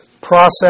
process